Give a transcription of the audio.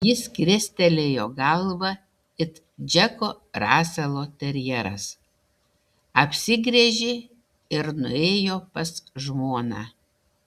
jis krestelėjo galvą it džeko raselo terjeras apsigręžė ir nuėjo pas žmoną